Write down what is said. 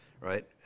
right